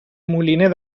moliner